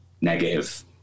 negative